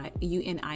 UNI